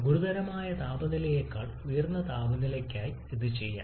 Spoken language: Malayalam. ഗുരുതരമായ താപനിലയേക്കാൾ ഉയർന്ന താപനിലയ്ക്കായി ഇത് ചെയ്യാം